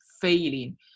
failing